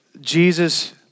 Jesus